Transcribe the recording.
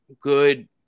good